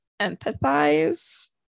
empathize